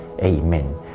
Amen